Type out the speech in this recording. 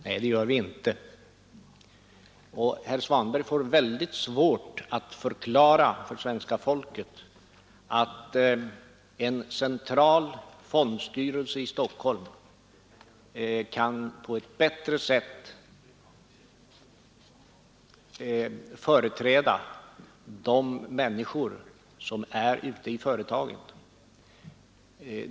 Nej, det gör vi inte, och herr Svanberg får väldigt svårt att förklara för svenska folket att en central fondstyrelse i Stockholm på ett bättre sätt kan företräda de människor som finns ute i företagen.